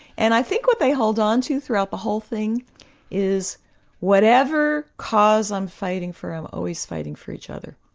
and i think what they hold on to throughout the whole thing is whatever cause i'm fighting for, i'm always fighting for each other,